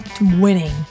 winning